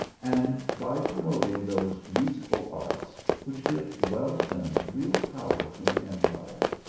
and by promoting those useful arts which give wealth and real power to an empire.